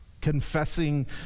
confessing